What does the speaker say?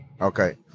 Okay